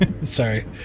sorry